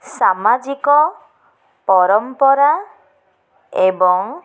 ସାମାଜିକ ପରମ୍ପରା ଏବଂ